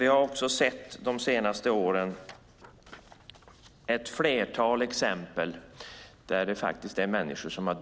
Vi har de senaste åren sett ett flertal exempel på att människor har dött på sina arbetsplatser.